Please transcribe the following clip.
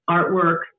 Artwork